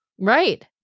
right